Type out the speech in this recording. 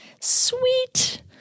Sweet